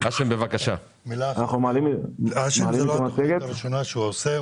זאת לא התכנית הראשונה שהוא עשה.